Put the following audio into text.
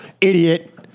Idiot